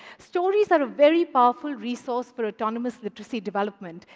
stories are a very powerful resource for autonomous literacy development.